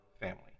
family